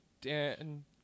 Dan